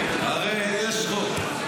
הרי יש חוק.